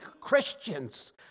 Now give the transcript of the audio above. Christians